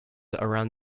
around